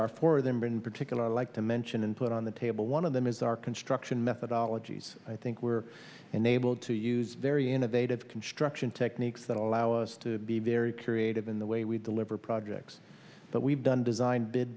are four of them are in particular like to mention and put on the table one of them is our construction methodology so i think we're unable to use very innovative construction techniques that allow us to be very creative in the way we deliver projects that we've done design did